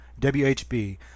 WHB